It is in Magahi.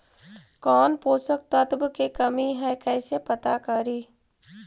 कौन पोषक तत्ब के कमी है कैसे पता करि?